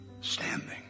standing